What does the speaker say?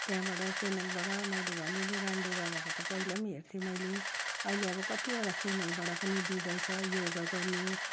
त्यहाँबाट चयानलबाट मैले भने नै रामदेव बाबाको पहिला हेर्थेँ मैले अहिले अब कतिवटा च्यानलबाट पनि दिँदैछ यो योगा गर्नु